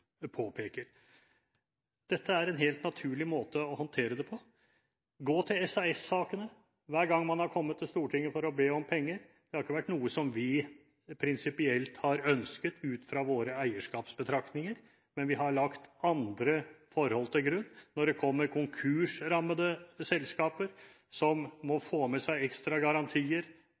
Dette er en helt naturlig måte å håndtere det på. Gå til SAS-sakene – hver gang man har kommet til Stortinget for å be om penger. Det har ikke vært noe som vi prinsipielt har ønsket ut fra våre eierskapsbetraktninger, men vi har lagt andre forhold til grunn. Når det kommer konkursrammede selskaper som må få med seg ekstra garantier